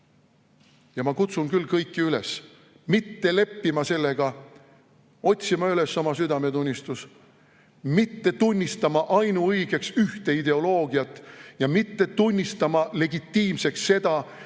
Ma kutsun küll kõiki üles mitte leppima sellega, otsima üles oma südametunnistus, mitte tunnistama ainuõigeks ühte ideoloogiat ja mitte tunnistama legitiimseks seda,